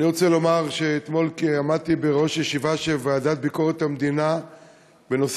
אני רוצה לומר שאתמול עמדתי בראש ישיבה של הוועדה לביקורת המדינה בנושא